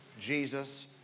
Jesus